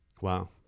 wow